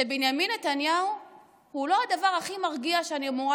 שבנימין נתניהו הוא לא הדבר הכי מרגיע שאני אמורה